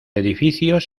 edificios